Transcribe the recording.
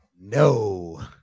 No